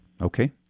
Okay